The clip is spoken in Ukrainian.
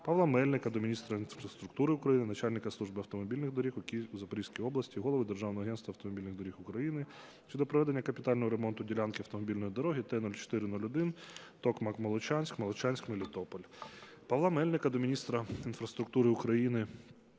Павла Мельника до міністра інфраструктури України, начальника Служби автомобільних доріг у Запорізькій області, Голови Державного агентства автомобільних доріг України щодо проведення капітального ремонту ділянки автомобільної дороги T-04-01 (Токмак - Молочанськ) (Молочанськ - Мелітополь). Павла Мельника до міністра інфраструктури України,